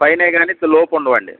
పైనే కాని లోపు ఉండవండి